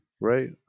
right